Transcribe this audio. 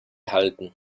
halten